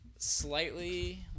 Slightly